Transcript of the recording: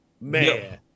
man